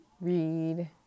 read